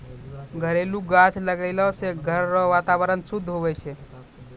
घरेलू गाछ लगैलो से घर रो वातावरण शुद्ध हुवै छै